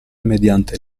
mediante